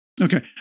Okay